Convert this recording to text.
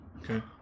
Okay